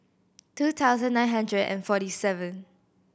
two thousand nine hundred and forty seven